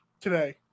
today